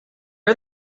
are